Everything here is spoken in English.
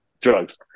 drugs